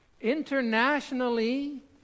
internationally